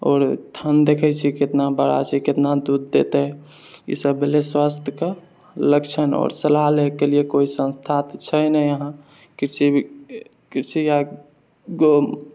आओर थन देखै छियै कितना बड़ा छै कितना दूध देते ई सब भेलै स्वास्थके लक्षण आओर सलाह लै के लिए कोइ संस्था तऽ छै ने यहाँ किसी भी किसी या गाम